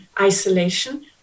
isolation